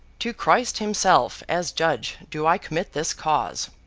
to christ himself, as judge, do i commit this cause